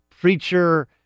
preacher